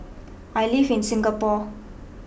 I live in Singapore